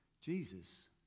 Jesus